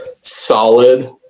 solid